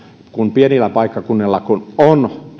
kun pienillä paikkakunnilla suomessa on